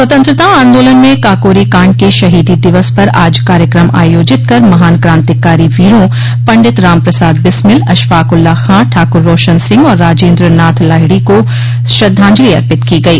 स्वतंत्रता आन्दोलन में काकोरी काण्ड के शहीदी दिवस पर आज कार्यक्रम आयोजित कर महान क्रांतिकारी वीरों पंडित राम प्रसाद बिस्मिल अशफाक उल्लाह खां ठाकुर रोशन सिंह और राजेन्द्र नाथ लाहिड़ी को श्रद्वाजंलि अर्पित की गई